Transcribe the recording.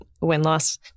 win-loss